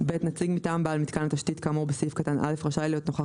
(ב)נציג מטעם בעל מיתקן התשתית כאמור בסעיף קטן (א) רשאי להיות נוכח